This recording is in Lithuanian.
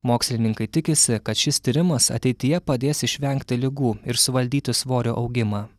mokslininkai tikisi kad šis tyrimas ateityje padės išvengti ligų ir suvaldyti svorio augimą